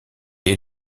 est